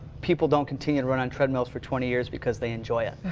people don't continue to run on treadmills for twenty years because they enjoy it.